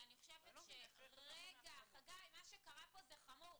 אני לא מבין --- חגי, מה שקרה פה זה חמור.